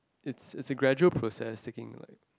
it's it's a gradual process taking like